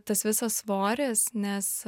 tas visas svoris nes